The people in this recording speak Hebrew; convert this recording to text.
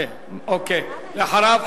ואחריו,